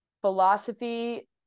philosophy